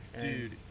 Dude